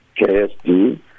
KSD